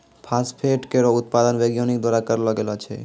phosphate केरो उत्पादन वैज्ञानिक द्वारा करलो गेलो छै